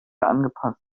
angepasst